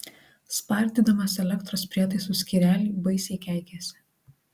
spardydamas elektros prietaisų skyrelį baisiai keikėsi